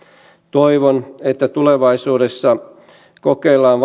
toivon että tulevaisuudessa kokeillaan